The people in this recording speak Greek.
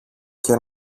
και